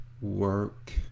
work